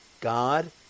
God